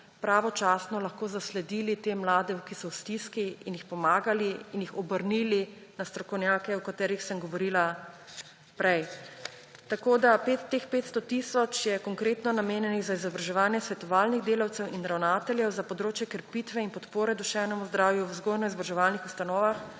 pravočasno lahko zasledili te mlade, ki so v stiski, in jim pomagali in jih obrnili na strokovnjake, o katerem sem govorila prej. Teh 500 tisoč je konkretno namenjenih za izobraževanje svetovalnih delavcev in ravnatelje za področje krepitve in podpore duševnemu zdravju v vzgojno-izobraževalnih ustanovah